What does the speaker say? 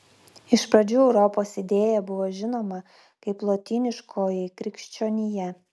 iš pradžių europos idėja buvo žinoma kaip lotyniškoji krikščionija